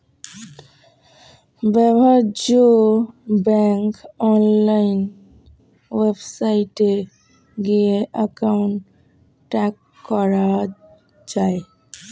ব্যবহার্য bank online ওয়েবসাইটে গিয়ে অ্যাকাউন্ট ট্র্যাক করা যায়